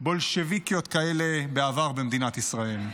בולשביקיות כאלה בעבר במדינת ישראל.